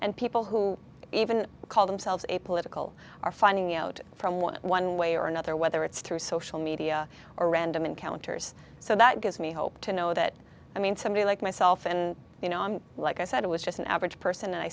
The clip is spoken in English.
and people who even call themselves a political are finding out from one one way or another whether it's through social media or random encounters so that gives me hope to know that i mean somebody like myself and you know like i said it was just an average person and i